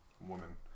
woman